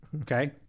okay